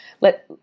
let